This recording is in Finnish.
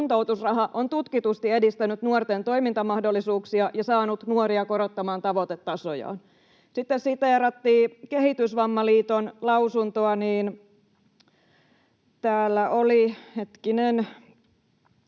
kuntoutusraha on tutkitusti edistänyt nuorten toimintamahdollisuuksia ja saanut nuoria korottamaan tavoitetasojaan. Sitten siteerattiin Kehitysvammaliiton lausuntoa: ”Kehitysvammaliitto